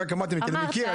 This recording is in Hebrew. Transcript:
אמרתי שאני מכיר,